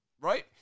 Right